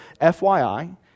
FYI